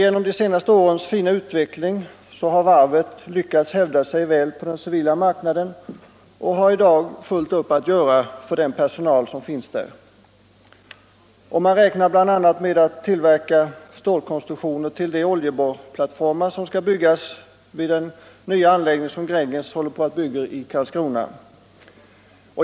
Genom de senaste årens fina utveckling har varvet dock lyckats hävda sig väl på den civila marknaden och har i dag fullt upp att göra för den personal som finns där. Bl. a. räknar man med att tillverka stålkonstruktioner till de oljeborrplattformar som skall byggas vid den nya anläggning som Gränges håller på att uppföra i Karlskrona.